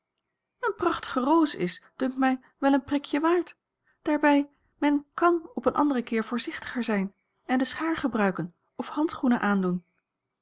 eene prachtige roos is dunkt mij wel een prikje waard daarbij men kàn op een anderen keer voorzichtiger zijn en de schaar gebruiken of handschoenen aandoen